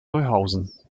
neuhausen